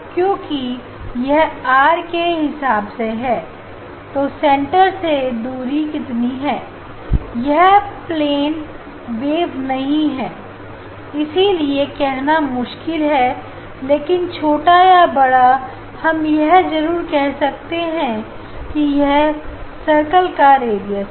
क्योंकि यह आर के हिसाब से है तो सेंटर से दूरी कितनी है यह प्लेन वेब पर नहीं है ऐसा कहना मुश्किल है लेकिन छोटा या बड़ा हम यह जरूर कह सकते हैं कि यह सर कल का रेडियस है